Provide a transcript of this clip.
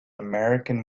american